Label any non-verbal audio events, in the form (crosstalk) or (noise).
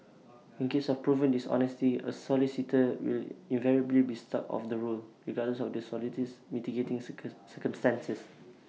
in cases of proven dishonesty A solicitor will invariably be struck off the roll regardless of the solicitor's mitigating (unintelligible) circumstances